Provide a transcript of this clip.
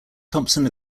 thompson